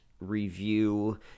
review